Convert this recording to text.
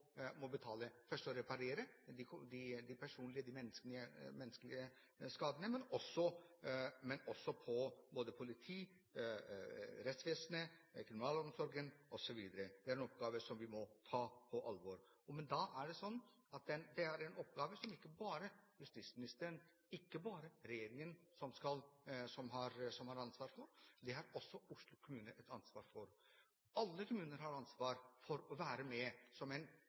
betale, først ved å reparere de personlige, menneskelige skadene, men også gjennom politi, rettsvesen, kriminalomsorg osv. Det er en oppgave som vi må ta på alvor. Men det er en oppgave som ikke bare justisministeren og ikke bare regjeringen har ansvar for. Det har også Oslo kommune et ansvar for. Alle kommuner har ansvar for å være med som en